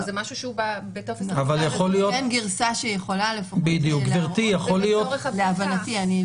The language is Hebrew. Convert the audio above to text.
אבל זאת כן גרסה שיכולה לפחות להראות --- עם כל